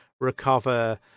recover